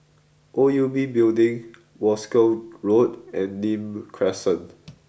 O U B Building Wolskel Road and Nim Crescent